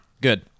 good